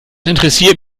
interessiert